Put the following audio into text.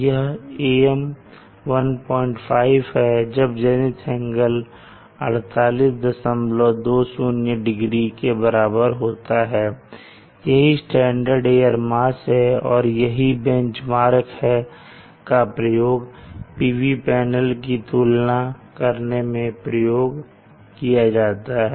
यह AM15 जब zenith angle 4820 degree के बराबर होता है यही स्टैंडर्ड एयर मास है और यही बेंच मार्क का प्रयोग PV पैनल की तुलना करने में प्रयोग होता है